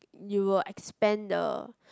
you will expand the